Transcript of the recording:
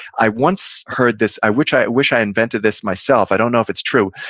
i once heard this, i wish i wish i invented this myself. i don't know if it's true,